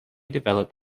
develop